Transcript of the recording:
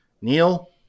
Neil